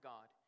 God